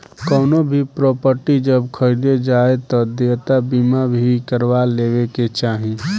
कवनो भी प्रापर्टी जब खरीदे जाए तअ देयता बीमा भी करवा लेवे के चाही